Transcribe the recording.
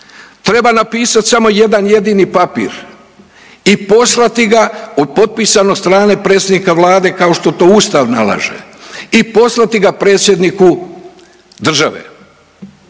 treba napisati samo jedan jedini papir i poslati ga potpisan od strane predsjednika Vlade kao što to Ustav nalaže i poslati ga predsjedniku države.